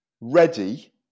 ready